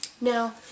Now